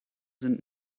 sind